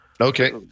Okay